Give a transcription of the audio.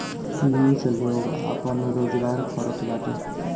loan से लोग आपन रोजगार करत बाटे